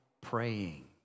praying